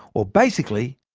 or basically,